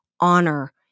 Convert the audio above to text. honor